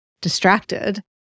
distracted